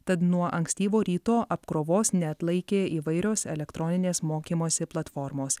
tad nuo ankstyvo ryto apkrovos neatlaikė įvairios elektroninės mokymosi platformos